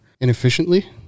inefficiently